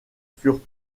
furent